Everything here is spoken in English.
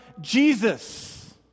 Jesus